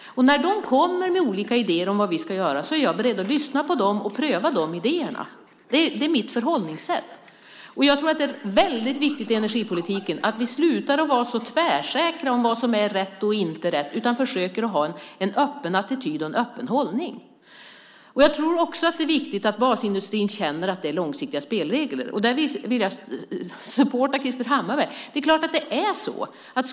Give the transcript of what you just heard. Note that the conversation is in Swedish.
När de kommer med olika idéer om vad vi ska göra är jag beredd att lyssna på dem och pröva dessa idéer. Det är mitt förhållningssätt. När det gäller energipolitiken tror jag att det är väldigt viktigt att vi slutar vara så tvärsäkra på vad som är rätt och inte rätt utan försöker att ha en öppen attityd och en öppen hållning. Det är också viktigt att basindustrin får långsiktiga spelregler, och där vill jag ge mitt stöd till Krister Hammarbergh.